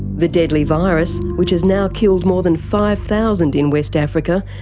the deadly virus which has now killed more than five thousand in west africa,